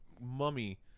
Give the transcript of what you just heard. mummy